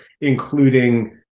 including